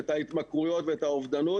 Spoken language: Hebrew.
את ההתמכרויות ואת האובדנות.